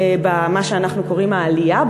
במה שאנחנו קוראים "עלייה",